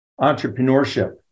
entrepreneurship